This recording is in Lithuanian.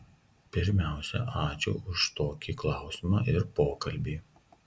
pirmiausia ačiū už tokį klausimą ir pokalbį